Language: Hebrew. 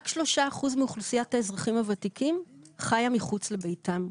רק שלושה אחוזים מאוכלוסיית האזרחים הוותיקים חיים מחוץ לביתם.